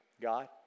God